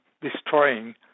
destroying